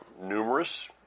numerous